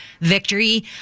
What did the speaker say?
victory